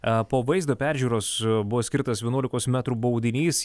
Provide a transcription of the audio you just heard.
e po vaizdo peržiūros buvo skirtas vienuolikos metrų baudinys